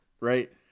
Right